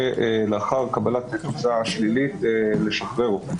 לאחר קבלת התוצאה השלילית אנחנו משחררים אותם.